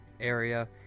Area